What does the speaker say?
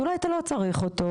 אז אלי אתה לא צריך אותו.